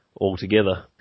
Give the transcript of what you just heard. altogether